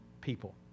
people